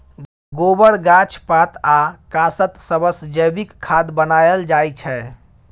गोबर, गाछ पात आ कासत सबसँ जैबिक खाद बनाएल जाइ छै